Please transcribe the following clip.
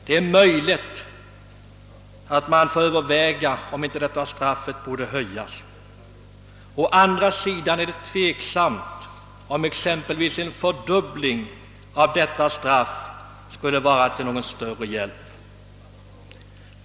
Det är möjligt att man får överväga om inte detta straff borde höjas. Det är emellertid tveksamt, om exempelvis en fördubbling av detta straff skulle vara till någon större hjälp.